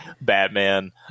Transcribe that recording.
Batman